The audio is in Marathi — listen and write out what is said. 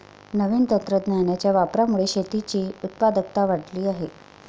नवीन तंत्रज्ञानाच्या वापरामुळे शेतीची उत्पादकता वाढली आहे